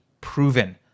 proven